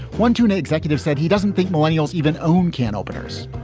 one tuna executive said he doesn't think millennials even own can openers.